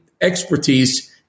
expertise